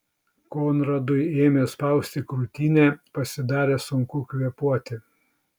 konradui ėmė spausti krūtinę pasidarė sunku kvėpuoti